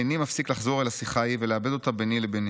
איני מפסיק לחזור אל השיחה ההיא ולעבד אותה ביני לביני.